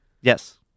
Yes